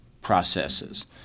processes